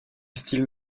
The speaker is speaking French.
style